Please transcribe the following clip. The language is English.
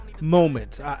moments